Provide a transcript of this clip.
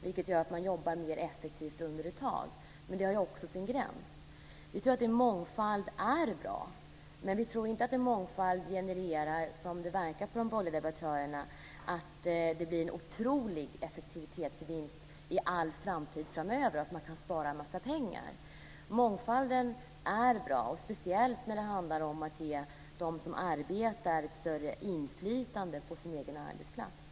Detta gör att man jobbar mer effektivt ett tag, men det har sin gräns. Vi tror att mångfald är bra, men vi tror inte att den, som det verkar av de borgerliga debattörerna, ger en otrolig effektivitetsvinst för all framtid, så att man sparar en massa pengar. Mångfalden är bra speciellt när det handlar om att ge dem som arbetar större inflytande på den egna arbetsplatsen.